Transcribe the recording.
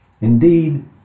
Indeed